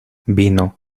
vino